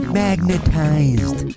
magnetized